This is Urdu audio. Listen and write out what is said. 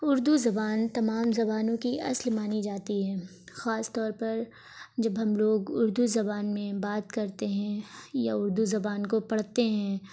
اردو زبان تمام زبانوں کی اصل مانی جاتی ہے خاص طور پر جب ہم لوگ اردو زبان میں بات کرتے ہیں یا اردو زبان کو پڑھتے ہیں